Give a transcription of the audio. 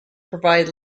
provide